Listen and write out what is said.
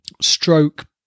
stroke